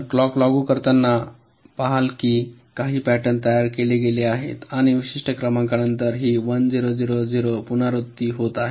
आपण क्लॉक लागू करताना आपण पहाल की काही पॅटर्न तयार केले गेले आहेत आणि विशिष्ट क्रमांकानंतर ही 1 0 0 0 पुनरावृत्ती होत आहे